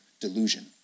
delusion